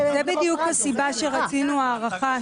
זו בדיוק הסיבה שרצינו הארכה,